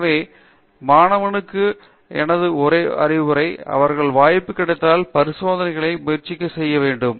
எனவே மாணவனுக்கு எனது ஒரே அறிவுரை அவர்கள் வாய்ப்பு கிடைத்தால் பரிசோதனைகள் முயற்சி செய்ய வேண்டும்